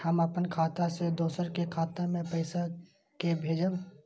हम अपन खाता से दोसर के खाता मे पैसा के भेजब?